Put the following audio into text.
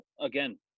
again